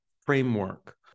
framework